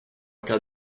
cas